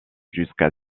jusqu’à